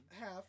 half